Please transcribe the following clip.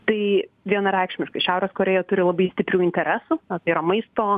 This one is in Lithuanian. tai vienareikšmiškai šiaurės korėja turi labai stiprių interesų yra maisto